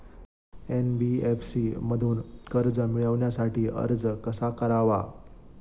NBFC मधून कर्ज मिळवण्यासाठी अर्ज कसा करावा?